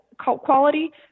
quality